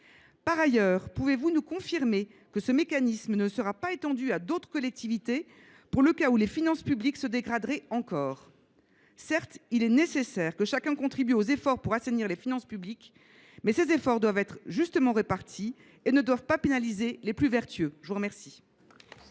Par ailleurs, pouvez vous nous confirmer que ce mécanisme ne sera pas étendu à d’autres collectivités dans le cas où les finances publiques se dégraderaient encore ? Certes, il est nécessaire que chacun contribue aux efforts pour assainir les finances publiques, mais ces efforts doivent être justement répartis et ils ne doivent pas pénaliser les plus vertueux. La parole